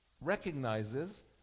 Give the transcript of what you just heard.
recognizes